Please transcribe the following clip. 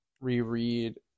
reread